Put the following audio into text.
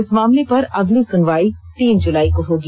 इस मामले पर अगली सुनवाई तीन जुलाई को होगी